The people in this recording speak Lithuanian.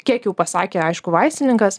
kiek jau pasakė aišku vaistininkas